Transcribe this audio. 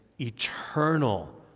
eternal